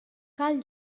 cal